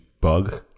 Bug